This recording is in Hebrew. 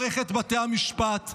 אמון במערכת בתי המשפט.